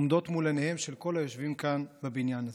עומדות מול עיניהם של כל היושבים כאן בבניין הזה.